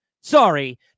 sorry